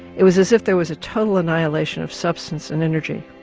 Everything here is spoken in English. it was as if there was a total annihilation of substance and energy,